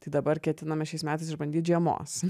tai dabar ketiname šiais metais išbandyt žiemos